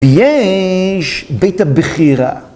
יש בית הבחירה.